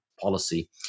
policy